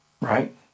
Right